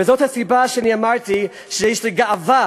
וזאת הסיבה לכך שאמרתי שיש לי גאווה